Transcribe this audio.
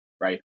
right